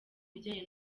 bijyanye